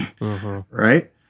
right